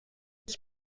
this